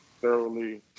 thoroughly